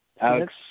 Alex